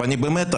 ובאמת,